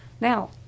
Now